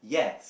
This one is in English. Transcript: yes